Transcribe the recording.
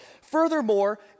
Furthermore